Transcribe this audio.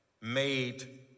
made